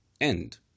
end